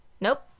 Nope